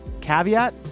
caveat